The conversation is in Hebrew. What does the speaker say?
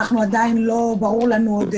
עדיין לא ברורות לנו כל